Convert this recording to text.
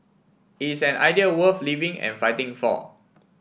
it's an idea worth living and fighting for